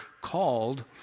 called